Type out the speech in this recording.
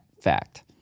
fact